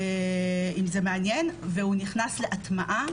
אם זה מעניין,